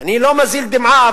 אני לא מזיל דמעה,